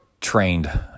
trained